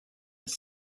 his